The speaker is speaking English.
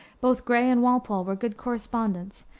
both gray and walpole were good correspondents,